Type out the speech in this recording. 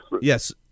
yes